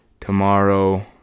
Tomorrow